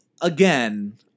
Again